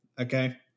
Okay